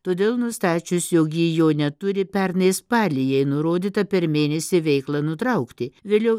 todėl nustačius jog ji jo neturi pernai spalį jai nurodyta per mėnesį veiklą nutraukti vėliau